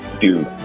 Dude